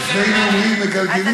את בחורה לפני נאומים מגלגלים זכות,